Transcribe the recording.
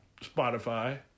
Spotify